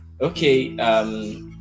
okay